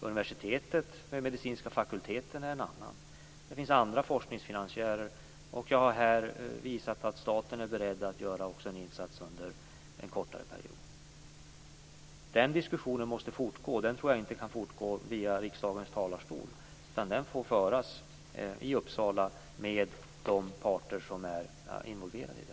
Universitetet med medicinska fakulteten är en annan. Det finns andra forskningsfinansiärer. Jag har här visat att staten också är beredd att göra en insats under en kortare period. Diskussionen måste fortgå, men inte från riksdagens talarstol. Den skall föras i Uppsala med de parter som är involverade.